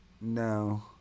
No